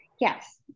Yes